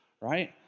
right